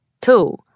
two